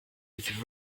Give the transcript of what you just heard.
with